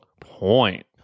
point